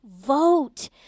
vote